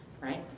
right